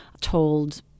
told